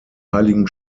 heiligen